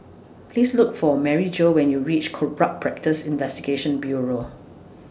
Please Look For Maryjo when YOU REACH Corrupt Practices Investigation Bureau